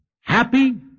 happy